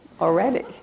already